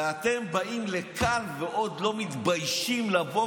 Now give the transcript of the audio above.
ואתם באים לכאן ועוד לא מתביישים לבוא